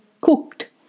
cooked